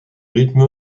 rythme